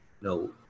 No